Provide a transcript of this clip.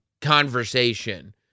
conversation